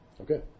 Okay